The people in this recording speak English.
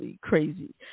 crazy